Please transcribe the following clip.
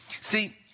See